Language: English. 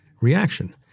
reaction